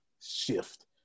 shift